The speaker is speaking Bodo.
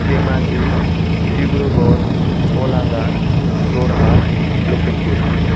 धेमाजि डिब्रुगर गलाघाट जरहाट लखिमपुर